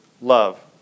love